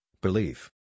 belief